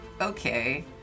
Okay